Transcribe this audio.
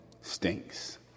stinks